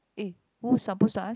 eh who's supposed to ask